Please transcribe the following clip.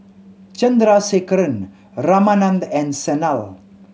Chandrasekaran Ramanand and Sanal